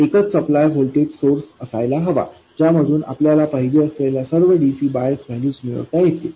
एकच supply voltage source असायला हवा आहे ज्यामधून आपल्याला पाहिजे असलेल्या सर्व dc बायस व्हॅल्यूज मिळवा येईल